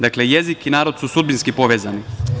Dakle, jezik i narod su sudbinski povezani.